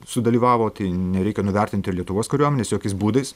sudalyvavo tai nereikia nuvertinti ir lietuvos kariuomenės jokiais būdais